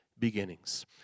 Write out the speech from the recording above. beginnings